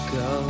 go